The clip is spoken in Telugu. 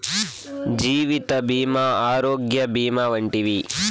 జీవిత భీమా ఆరోగ్య భీమా వంటివి